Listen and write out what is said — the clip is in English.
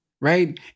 right